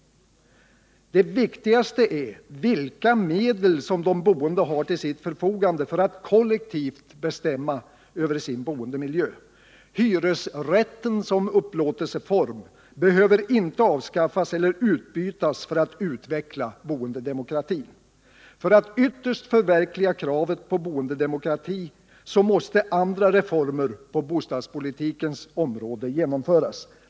Det viktigaste är vilka medel som de boende har till sitt förfogande för att kollektivt bestämma över sin boendemiljö. Hyresrätten som upplåtelseform behöver inte avskaffas eller utbytas för att utveckla boendedemokratin. För att ytterst förverkliga kravet på boendedemokrati måste andra reformer på bostadspolitikens område genomföras.